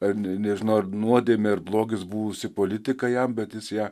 ar ne nežinau ar nuodėmė ar blogis buvusi politika jam bet jis ją